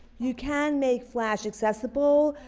you can make flash accessible,